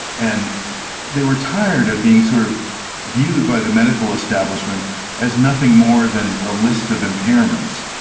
and they were tired of being sort of viewed by the medical establishment as nothing more than a list of impairments.